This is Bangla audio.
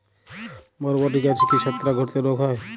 বরবটি গাছে কি ছত্রাক ঘটিত রোগ হয়?